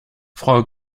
frau